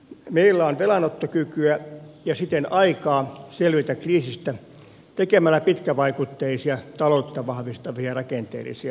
meillä on velanottokykyä ja siten aikaa selvitä kriisistä tekemällä pitkävaikutteisia taloutta vahvistavia rakenteellisia uudistuksia